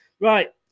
Right